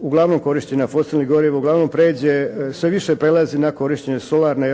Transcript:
uglavnom korištenja fosfornih goriva uglavnom prijeđe, sve više prelazi na korištenje solarne,